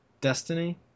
Destiny